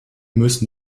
müssen